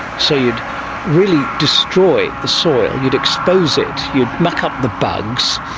so you'd really destroy the soil, you'd expose it, you'd muck up the bugs,